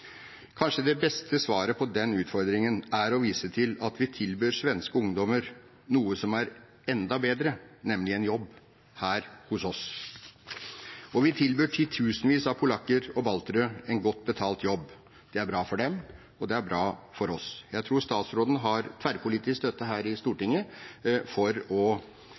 Kanskje det beste svaret på den utfordringen er å vise til at vi tilbyr svenske ungdommer noe som er enda bedre, nemlig en jobb – her hos oss. Og vi tilbyr titusenvis av polakker og baltere en godt betalt jobb. Det er bra for dem, og det er bra for oss. Jeg tror statsråden har tverrpolitisk støtte her i Stortinget for å